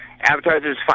Advertisers